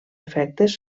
efectes